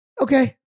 okay